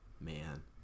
Man